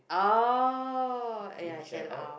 oh ah yeah Shell-Out